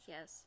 Yes